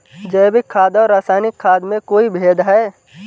जैविक खाद और रासायनिक खाद में कोई भेद है?